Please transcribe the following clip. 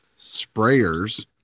sprayers